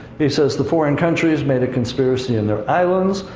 he says, the foreign countries made a conspiracy in their islands.